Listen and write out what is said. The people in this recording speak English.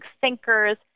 thinkers